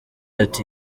ati